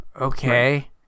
Okay